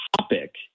topic